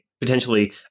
potentially